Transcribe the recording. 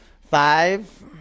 Five